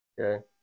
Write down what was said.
Okay